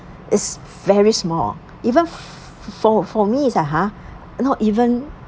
it's very small even for for me it's like !huh! not even